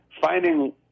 finding